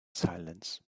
silence